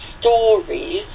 stories